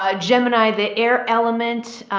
ah gemini, the air element,